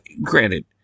Granted